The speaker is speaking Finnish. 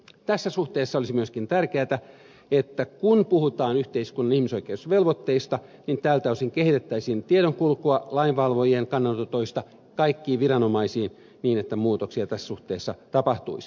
tässä suhteessa olisi myöskin tärkeätä että kun puhutaan yhteiskunnan ihmisoikeusvelvoitteista niin tältä osin kehitettäisiin tiedonkulkua lainvalvojien kannanotoista kaikkiin viranomaisiin niin että muutoksia tässä suhteessa tapahtuisi